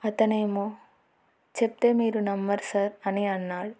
అతనేమో చెప్తే మీరు నమ్మరు సార్ అని అన్నాడు